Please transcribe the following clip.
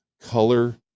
Color